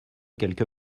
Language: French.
quelque